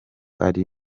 ari